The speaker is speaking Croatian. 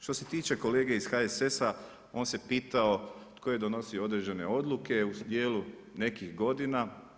Što se tiče kolege iz HSS-a, on se pitao tko je donosio određene odluke u djelu nekih godina.